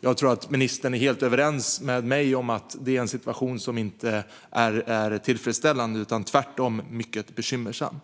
Jag tror att ministern är helt överens med mig om att det är en situation som inte är tillfredsställande utan tvärtom är mycket bekymmersam.